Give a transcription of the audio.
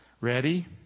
Ready